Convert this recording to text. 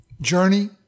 journey